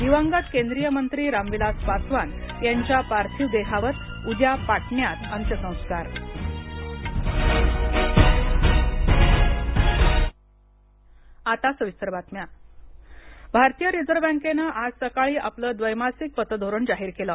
दिवंगत केंद्रीय मंत्री रामविलास पासवान यांच्या पार्थिव देहावर उद्या पाटण्यात अंत्यसंस्कार आता सविस्तर बातम्या आर बी आय भारतीय रिझर्व्ह बँकेनं आज सकाळी आपलं द्वैमासिक पतधोरण जाहीर केलं